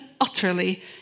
utterly